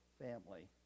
family